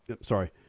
sorry